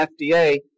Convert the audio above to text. FDA